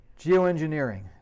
Geoengineering